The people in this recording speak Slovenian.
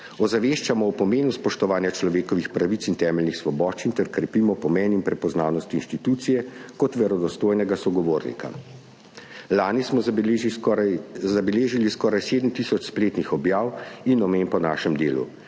ozaveščamo o pomenu spoštovanja človekovih pravic in temeljnih svoboščin ter krepimo pomen in prepoznavnost inštitucije kot verodostojnega sogovornika. Lani smo zabeležili skoraj 7 tisoč spletnih objav in omemb o našem delu.